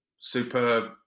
superb